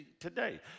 today